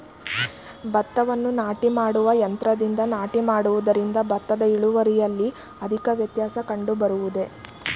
ಭತ್ತವನ್ನು ನಾಟಿ ಮಾಡುವ ಯಂತ್ರದಿಂದ ನಾಟಿ ಮಾಡುವುದರಿಂದ ಭತ್ತದ ಇಳುವರಿಯಲ್ಲಿ ಅಧಿಕ ವ್ಯತ್ಯಾಸ ಕಂಡುಬರುವುದೇ?